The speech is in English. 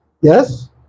Yes